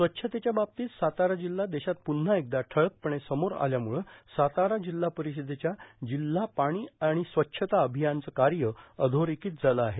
स्वच्छतेच्या बाबतीत सातारा जिल्हा देशात प्रव्हा एकदा ठळकपणे समोर आल्यामुळं सातारा जिल्हा परिषदेच्या जिल्हा पाणी आणि स्वच्छता अभियानचं कार्य अधोरेखीत झालं आहे